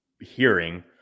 hearing